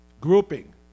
Grouping